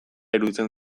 iruditzen